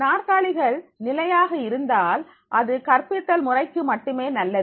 நாற்காலிகள் நிலையாக இருந்தால் அது கற்பித்தல் முறைக்கு மட்டுமே நல்லது